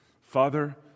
Father